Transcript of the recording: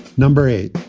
number eight